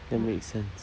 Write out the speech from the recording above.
that make sense